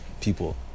people